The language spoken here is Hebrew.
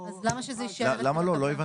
אז למה שזה יישאר אצלכם?